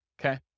Okay